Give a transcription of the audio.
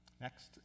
Next